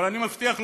אבל אני מבטיח לך,